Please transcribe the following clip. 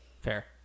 fair